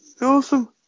Awesome